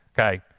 Okay